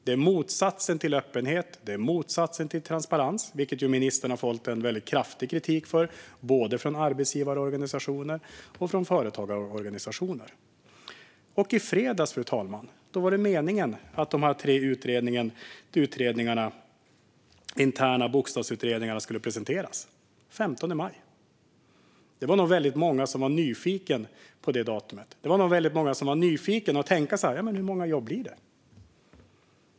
Det är motsatsen till öppenhet och transparens, vilket ministern också har fått väldigt kraftig kritik för både från arbetsgivarorganisationer och från företagarorganisationer. I fredags, fru talman, var det meningen att de här tre interna bokstavsutredningarna skulle presenteras - den 15 maj. Det var nog väldigt många som var nyfikna på det datumet. Det var nog väldigt många som var nyfikna och tänkte: Hur många jobb blir det?